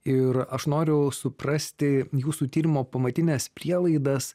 ir aš noriu suprasti jūsų tyrimo pamatines prielaidas